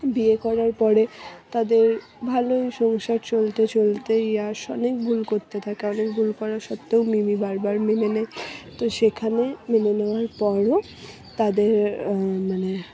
বিয়ে করার পরে তাদের ভালোই সংসার চলতে চলতে যশ অনেক ভুল করতে থাকে অনেক ভুল করার সত্ত্বেও মিমি বারবার মেনে নেয় তো সেখানে মেনে নেওয়ার পরেও তাদের মানে